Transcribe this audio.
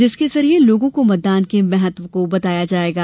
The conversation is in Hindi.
जिसके जरिए लोगों को मतदान के महत्व को बताया जायेगा